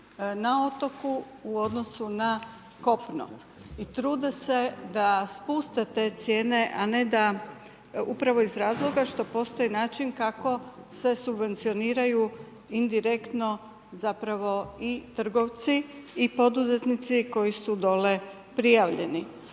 na otoku u odnosu na kopno i trude se da spuste te cijene a ne da, upravo iz razloga što postoji način kako se subvencioniraju indirektno zapravo i trgovci i poduzetnici koji su dolje prijavljeni.